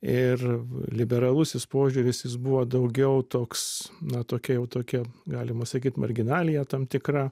ir liberalusis požiūris jis buvo daugiau toks na tokia jau tokia galima sakyt marginalija tam tikra